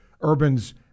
Urban's